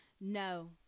No